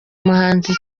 umuhanzi